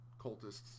cultists